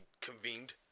convened